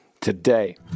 today